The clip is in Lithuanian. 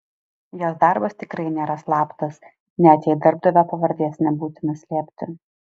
jos darbas tikrai nėra slaptas net jei darbdavio pavardės nebūtina slėpti